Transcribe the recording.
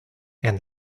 and